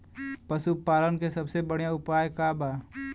पशु पालन के सबसे बढ़ियां उपाय का बा?